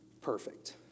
Perfect